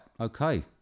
Okay